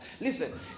listen